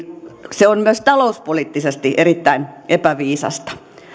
se on myös talouspoliittisesti erittäin epäviisasta